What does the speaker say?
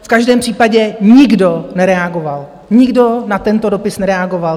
V každém případě nikdo nereagoval, nikdo na tento dopis nereagoval.